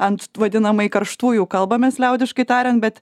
ant vadinamai karštųjų kalbamės liaudiškai tariant bet